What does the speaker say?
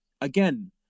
again